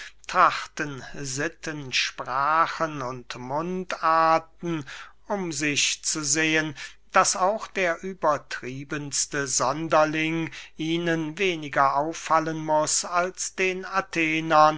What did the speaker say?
trachten sitten sprachen und mundarten um sich zu sehen daß auch der übertriebenste sonderling ihnen weniger auffallen muß als den athenern